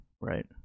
right